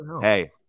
Hey